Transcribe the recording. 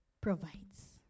provides